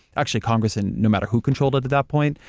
actually congress and no matter who controlled it at that point,